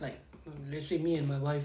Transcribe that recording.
like let's say me and my wife